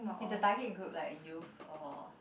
is the target group like youth or